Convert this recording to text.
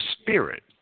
spirit